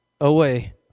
away